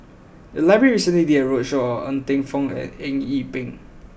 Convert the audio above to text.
the library recently did a roadshow on Ng Teng Fong and Eng Yee Peng